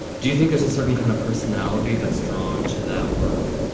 do you think there's a certain kind of personality that's drawn to that were